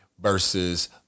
versus